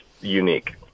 unique